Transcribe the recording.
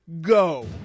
go